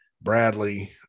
Bradley